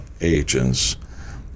agents